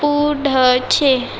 पुढचे